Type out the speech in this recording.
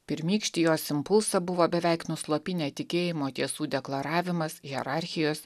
pirmykštį jos impulsą buvo beveik nuslopinę tikėjimo tiesų deklaravimas hierarchijos